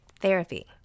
Therapy